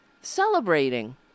celebrating